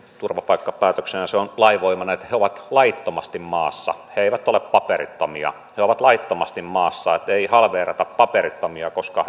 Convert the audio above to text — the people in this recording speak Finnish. turvapaikkapäätöksen ja se on lainvoimainen että he ovat laittomasti maassa he eivät ole paperittomia he ovat laittomasti maassa eli ei halveerata paperittomia koska